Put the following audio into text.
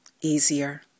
easier